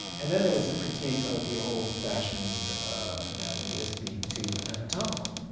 and then there was the critique of the old fashioned anatomy as being too anatomical.